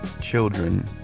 children